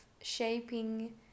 shaping